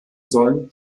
sollen